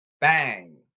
Bang